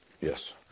yes